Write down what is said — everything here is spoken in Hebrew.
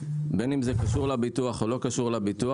בין אם זה קשור לביטוח או לא קשור לביטוח,